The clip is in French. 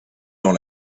dans